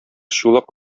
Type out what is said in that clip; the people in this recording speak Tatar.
чулак